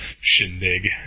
Shindig